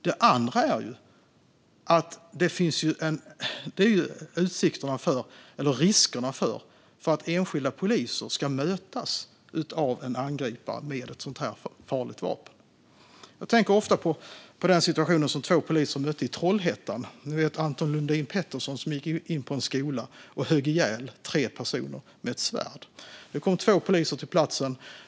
Det andra är riskerna för att enskilda poliser ska mötas av en angripare med ett sådant farligt vapen. Jag tänker ofta på den situation som två poliser i Trollhättan mötte när Anton Lundin Pettersson gick in på en skola och högg ihjäl tre personer med ett svärd. Det var två poliser som kom till platsen.